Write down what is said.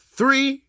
three